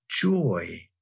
joy